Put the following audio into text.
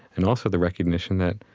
and also the recognition that,